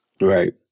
Right